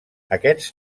aquests